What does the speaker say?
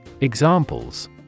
Examples